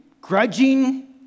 grudging